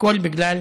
הכול בגלל